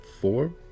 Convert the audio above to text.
four